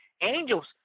Angels